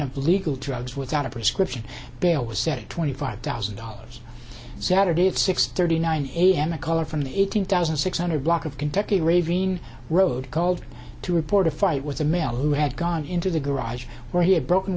of legal drugs without a prescription bail was set at twenty five thousand dollars saturday at six thirty nine a m a caller from the eighteen thousand six hundred block of kentucky raveena road called to report a fight with a man who had gone into the garage where he had broken